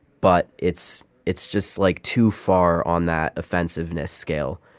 but it's it's just, like, too far on that offensiveness scale.